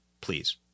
Please